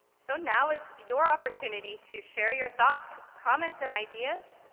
so now is your opportunity to share your thoughts, comments and ideas,